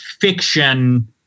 fiction